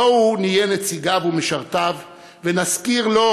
בואו נהיה נציגיו ומשרתיו ונזכיר לו